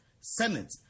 Senate